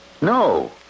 No